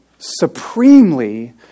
supremely